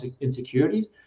insecurities